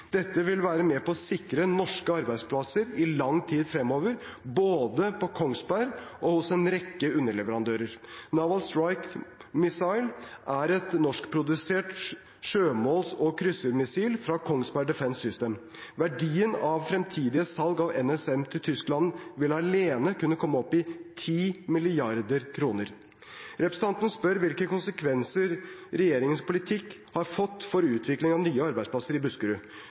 Dette vil være med på å sikre norske arbeidsplasser i lang tid fremover, både i Kongsberg og hos en rekke underleverandører. Naval Strike Missile, NSM, er et norskprodusert sjømåls- og kryssermissil fra Kongsberg Defence Systems. Verdien av fremtidige salg av NSM til Tyskland vil alene kunne komme opp i 10 mrd. kr. Representanten spør hvilke konsekvenser regjeringens politikk har fått for utviklingen av nye arbeidsplasser i Buskerud.